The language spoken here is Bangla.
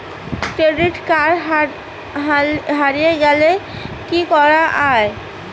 ক্রেডিট কার্ড হারে গেলে কি করা য়ায়?